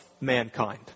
mankind